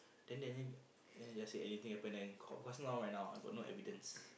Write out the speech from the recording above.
then Daniel Daniel just say anything happen then call because now right now I got no evidence